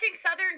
Southern